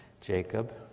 Jacob